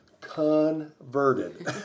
converted